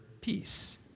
peace